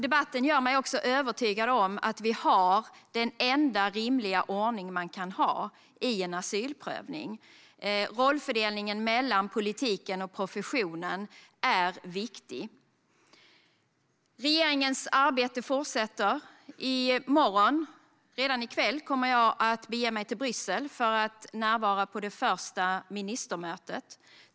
Debatten gör mig också övertygad om att vi har den enda rimliga ordning som man kan ha i en asylprövning. Rollfördelningen mellan politiken och professionen är viktig. Regeringens arbete fortsätter. Redan i kväll kommer jag att bege mig till Bryssel för att närvara på mitt första ministermöte.